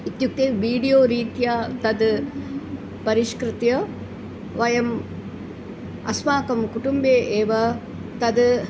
इत्युक्ते वोडियो रीत्या तद् परिष्कृत्य वयम् अस्माकं कुटुम्बे एव तद्